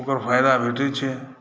ओकर फायदा भेटै छै